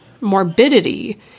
Morbidity